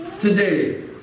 today